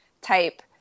type